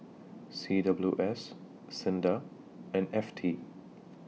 C W S SINDA and F T